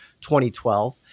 2012